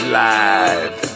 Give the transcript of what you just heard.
live